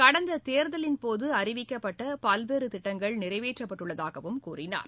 கடந்த தேர்தலின் போது அறிவிக்கப்பட்ட பல்வேறு திட்டங்கள் நிறைவேற்றப்பட்டுள்ளன என்றும் கூறினார்